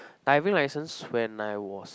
diving licence when I was